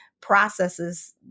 processes